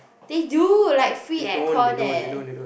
they do like free air con leh